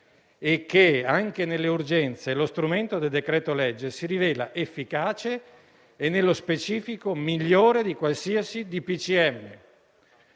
e che, anche nelle urgenze, lo strumento del decreto-legge si rivela efficace e, nello specifico, migliore di qualsiasi